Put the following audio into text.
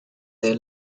they